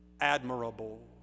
admirable